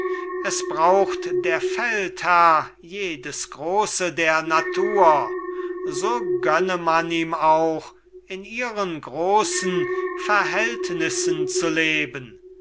es braucht der feldherr jedes große der natur so gönne man ihm auch in ihren großen verhältnissen zu leben